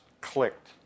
clicked